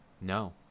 No